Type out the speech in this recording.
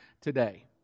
today